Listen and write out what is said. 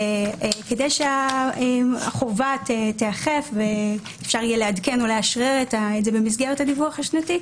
כדי שהחובה תיאכף ואפשר יהיה לעדכן ולאשרר את זה במסגרת הדיווח השנתי,